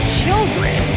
children